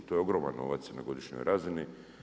To je ogroman novac na godišnjoj razini.